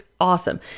awesome